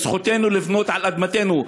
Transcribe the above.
זכותנו לבנות על אדמתנו.